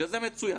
שזה מצוין.